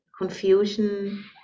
confusion